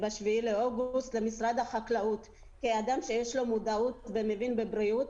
ב-7.8 למשרד החקלאות כאדם שיש לו מודעות ומבין בבריאות,